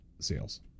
sales